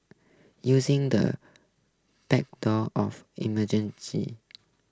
using the backdrop of emergency